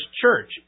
Church